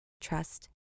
trust